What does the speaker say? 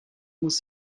muss